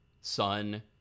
son